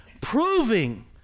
Proving